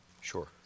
Sure